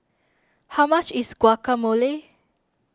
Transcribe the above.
how much is Guacamole